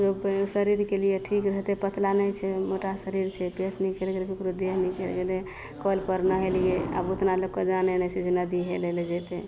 लोग पहिले शरीरके लिए ठीक रहतय पतला नहि छै मोटा शरीर छै पेट निकलि गेलय ककरो देह निकलि गेलय कलपर नहेलियै आब ओतना लोगके जानय नहि छै जे नदी हेलय लए जेतय